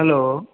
hello